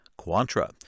Quantra